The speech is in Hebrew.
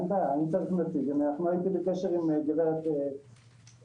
אין בעיה --- אני הייתי בקשר עם גברת אדלר,